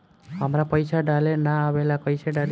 हमरा पईसा डाले ना आवेला कइसे डाली?